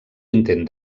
intent